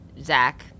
Zach